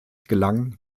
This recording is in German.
gelang